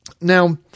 Now